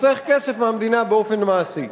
חוסך כסף למדינה באופן מעשי.